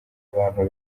abantu